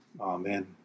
Amen